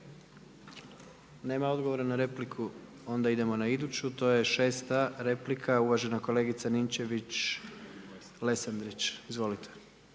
Nema odgovora na repliku? Onda idemo na iduću, to je šesta replika. Uvažena kolegica Ninčević-Lesandrić. Izvolite.